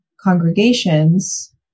congregations